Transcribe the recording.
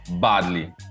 badly